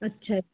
ਅੱਛਾ